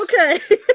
Okay